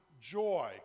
joy